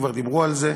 כבר דיברו על זה,